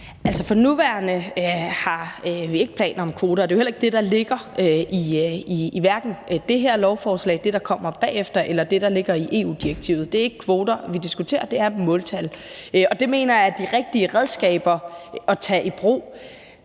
for nuværende har vi ikke planer om kvoter, og det er jo heller ikke det, der ligger i hverken det her lovforslag eller i det, der kommer bagefter, eller i det, der ligger i EU-direktivet. Det er ikke kvoter, vi diskuterer; det er måltal. Og det mener jeg er de rigtige redskaber at tage i brug,